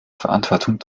verantwortung